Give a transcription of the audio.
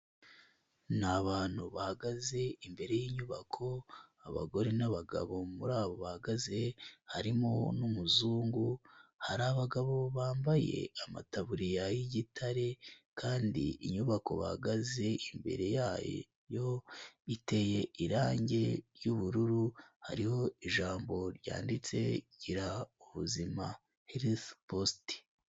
Ni abantu bahagaze imbere y'inyubako abagore n'abagabo, muri abo bahagaze harimo n'umuzungu, hari abagabo bambaye amataburiya y'igitare kandi inyubako bahagaze imbere yayo iteye irange ry'ubururu hariho ijambo ryanditse Gira ubuzima herufu positi.